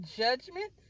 judgment